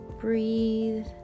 breathe